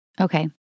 Okay